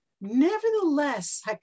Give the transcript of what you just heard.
Nevertheless